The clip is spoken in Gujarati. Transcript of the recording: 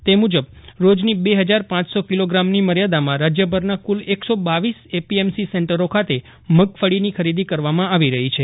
તે મુજબ રોજની બે હજાર પાંચસો કિલોગ્રામની મર્યાદામાં રાજયભરના ક્રલ એકસો બાવીસ એપીએમસી સેન્ટરો ખાતે મગફળીની ખરીદી કરવામાં આવી રહી છે